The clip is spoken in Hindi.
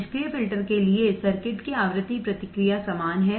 निष्क्रिय फिल्टर के लिए सर्किट की आवृत्ति प्रतिक्रिया समान है